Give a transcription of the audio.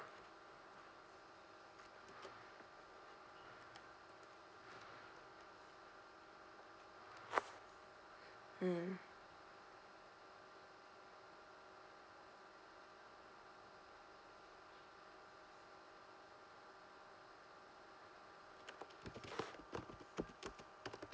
mm